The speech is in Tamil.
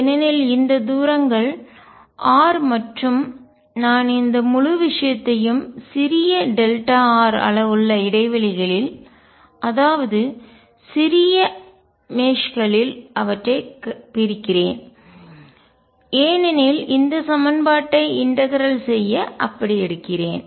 ஏனெனில் இந்த தூரங்கள் r மற்றும் நான் இந்த முழு விஷயத்தையும் சிறிய r அளவுள்ள இடைவெளிகளில் அதாவது சிறிய மேஷ் களில் mesh கண்ணி அவற்றை பிரிக்கிறேன் ஏன் எனில் இந்த சமன்பாட்டை இன்டகரல்ஒருங்கிணைக்க செய்ய அப்படி எடுக்கிறேன்